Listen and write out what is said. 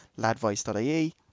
ladvice.ie